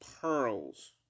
pearls